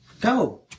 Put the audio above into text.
Go